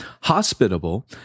hospitable